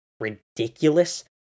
ridiculous